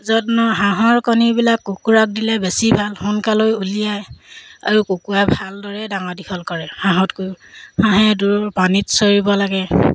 যত্ন হাঁহৰ কণীবিলাক কুকুৰাক দিলে বেছি ভাল সোনকালৈ উলিয়াই আৰু কুকুৰা ভালদৰে ডাঙৰ দীঘল কৰে হাঁহতকৈও হাঁহে দূৰ পানীত চৰিব লাগে